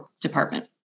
department